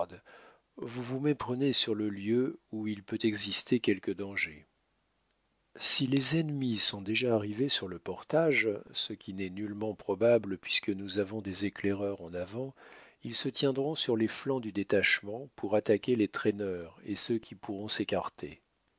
vous vous méprenez sur le lieu où il peut exister quelque danger si les ennemis sont déjà arrivés sur le portage ce qui n'est nullement probable puisque nous avons des éclaireurs en avant ils se tiendront sur les flancs du détachement pour attaquer les traîneurs et ceux qui pourront s'écarter